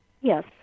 Yes